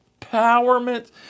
empowerment